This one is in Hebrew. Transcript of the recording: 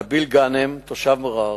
נביל ע'אנם, תושב מע'אר.